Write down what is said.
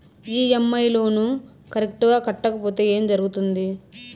EMI loan correct గా కట్టకపోతే ఏం జరుగుతుంది